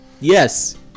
Yes